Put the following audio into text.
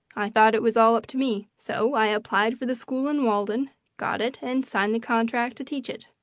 i thought it was all up to me, so i applied for the school in walden, got it, and signed the contract to teach it.